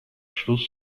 schluss